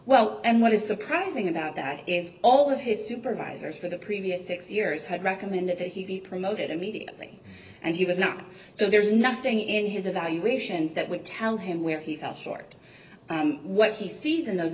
well and what is surprising about that is all of his supervisors for the previous six years had recommended that he be promoted immediately and he was not so there is nothing in his evaluations that would tell him where he fell short what he sees and those